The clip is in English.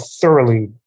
thoroughly